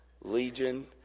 legion